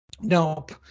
nope